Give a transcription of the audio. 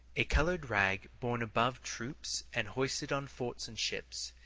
a colored rag borne above troops and hoisted on forts and ships.